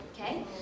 okay